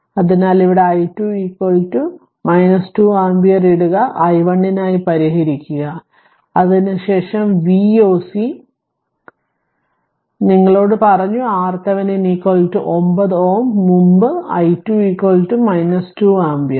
അതിനാൽ ഇവിടെ i2 ഇടുക 2 ആമ്പിയർ i1 നായി പരിഹരിക്കുകഞാൻ അത് മായ്ക്കട്ടെ അതിനുശേഷം Voc നിങ്ങളോട് പറഞ്ഞു RThevenin 9 Ω മുമ്പും i2 2 ആമ്പിയർ